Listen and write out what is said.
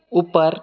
ઉપર